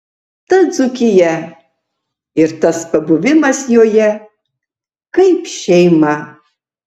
ta dzūkija ir tas pabuvimas joje kaip šeima